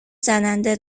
زننده